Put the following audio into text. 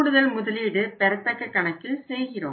கூடுதல் முதலீடு பெறத்தக்க கணக்கில் செய்கிறோம்